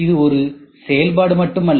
இது ஒரு செயல்பாடு மட்டுமல்ல